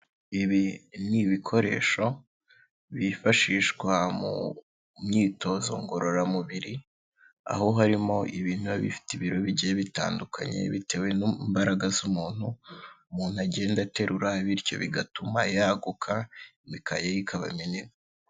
Ibi ni ibikoresho bifashishwa mu myitozo ngororamubiri, aho harimo ibintu biba bifite ibiro bigiye bitandukanye bitewe n'imbaraga z'umuntu, umuntu agenda aterura bityo bigatuma yaguka imikaya ye ikaba minini.